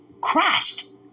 crashed